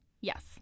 Yes